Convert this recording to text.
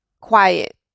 quiet